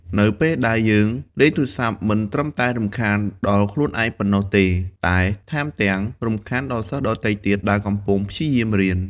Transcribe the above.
នៅពេលដែលយើងលេងទូរស័ព្ទមិនត្រឹមតែរំខានដល់ខ្លួនឯងប៉ុណ្ណោះទេ តែថែមទាំងរំខានដល់សិស្សដទៃទៀតដែលកំពុងព្យាយាមរៀន។